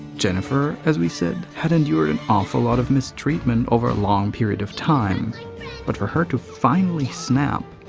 jennifer, as we said, had endured an awful lot of mistreatment over a long period of time but for her to finally snap,